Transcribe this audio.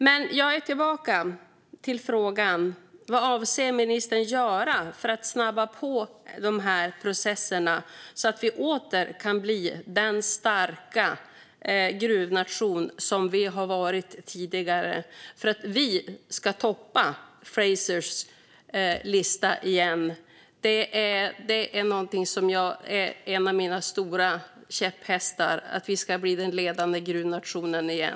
Men jag går tillbaka till frågan vad ministern avser att göra för att snabba på processerna så att vi åter kan bli den starka gruvnation som vi varit tidigare och toppa Frasers lista igen. Det är en av mina stora käpphästar - att vi ska bli den ledande gruvnationen igen.